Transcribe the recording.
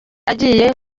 agiriye